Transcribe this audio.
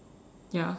ya